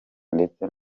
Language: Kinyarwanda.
ndetse